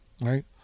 Right